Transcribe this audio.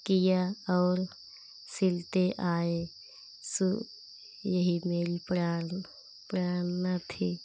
किया और सिलते आए यही मेरी प्रेरणा थी